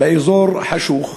באזור חשוך,